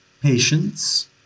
patience